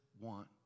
want